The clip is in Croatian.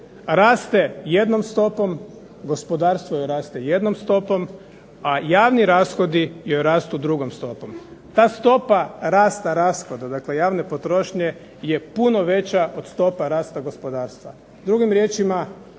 raste jednom stopom, gospodarstvo joj raste jednom stopom, a javni rashodi joj rastu drugom stopom. Ta stopa rasta rashoda, dakle javne potrošnje je puno veća od stopa rasta gospodarstva. Drugim riječima,